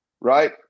right